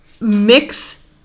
mix